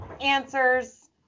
answers